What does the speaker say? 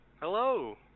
Hello